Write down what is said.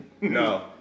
No